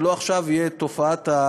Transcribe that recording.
שלא תהיה עכשיו מה שנקרא תופעת ה-hassle,